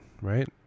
right